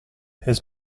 his